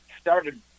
started